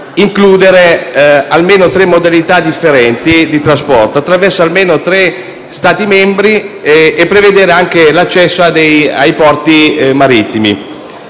includere almeno tre modalità differenti di trasporto attraverso almeno tre Stati membri e prevedere anche l'accesso ai porti marittimi.